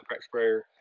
sprayer